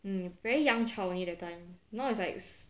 um very young child only that time now it's like